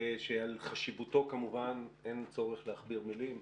שעל חשיבותו כמובן אין צורך להכביר מילים,